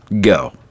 Go